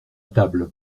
table